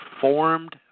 formed